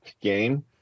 game